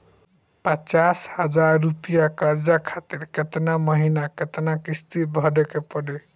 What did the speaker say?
पचास हज़ार रुपया कर्जा खातिर केतना महीना केतना किश्ती भरे के पड़ी?